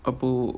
அப்போ:appo